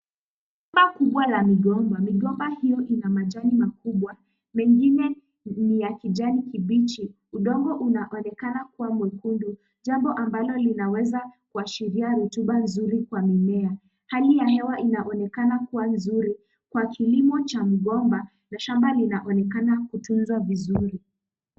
Shamba kubwa la migomba. Migomba hiyo ina majani makubwa, mengine ni ya kijani kibichi. Udongo unaonekana kuwa mwekundu, jambo ambalo linaweza kuashiria rutuba nzuri kwa mimea. Hali ya hewa inaonekana kuwa nzuri kwa kilimo cha migomba, na shamba linaonekana kutunzwa vizuri.